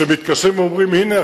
שמתקשרים ואומרים: הנה,